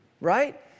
right